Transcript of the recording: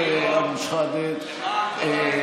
אוה.